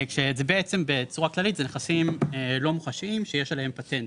זה בעצם בצורה כללית זה נכסים לא מוחשיים שיש עליהם פטנט,